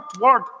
word